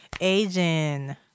Asian